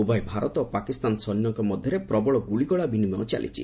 ଉଭୟ ଭାରତ ଓ ପାକିସ୍ତାନ ସୈନ୍ୟଙ୍କ ମଧ୍ୟରେ ପ୍ରବଳ ଗୁଳିଗୋଳା ବିନିମୟ ଚାଲିଛି